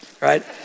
right